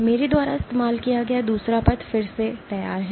मेरे द्वारा इस्तेमाल किया गया दूसरा पद फिर से तैयार है